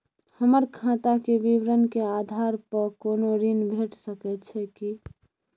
हमर खाता के विवरण के आधार प कोनो ऋण भेट सकै छै की?